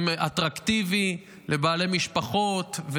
אטרקטיבי לבעלי משפחות,